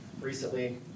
recently